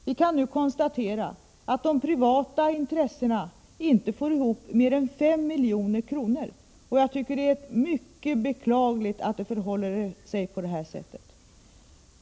Vi kan nu konstatera att de privata intressena inte får ihop mer än 5 milj.kr., och jag tycker att det är mycket beklagligt att det förhåller sig på det sättet.